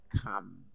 come